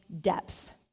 depth